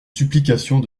supplications